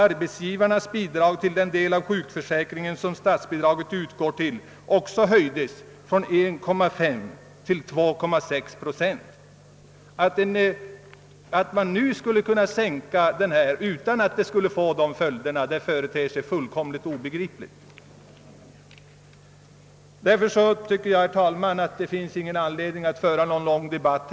Arbetsgivarnas tillskott till den del av sjukförsäkringen vartill statsbidrag utgår höjdes också från 1,5 till 2,6 procent. Att man nu skulle kunna sänka statsbidraget utan sådana följder ter sig fullkomligt obegripligt. Det finns därför, herr talman, ingen anledning att föra någon lång debatt.